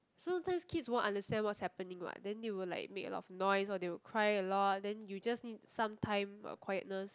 sometimes kids won't understand what's happening what then they will like make a lot of noise or they will cry a lot then you just need some time for quietness